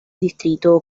distrito